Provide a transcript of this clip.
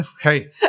hey